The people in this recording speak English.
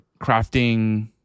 crafting